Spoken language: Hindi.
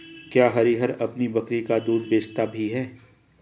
क्या हरिहर अपनी बकरी का दूध बेचता भी है?